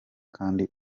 kandi